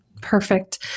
Perfect